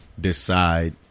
decide